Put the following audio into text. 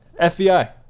FBI